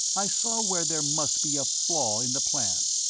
i saw where there must be a flaw in the plan.